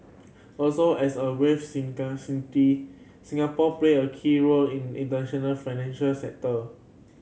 also as a wealthy city Singapore play a key role in international financial sector